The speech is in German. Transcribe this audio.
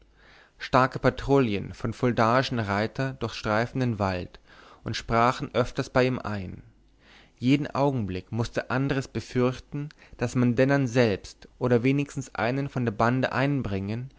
starke patrouillen von fuldaischen reitern durchstreiften den wald und sprachen öfters bei ihm ein jeden augenblick mußte andres befürchten daß man dennern selbst oder wenigstens einen von der bande einbringen